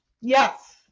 Yes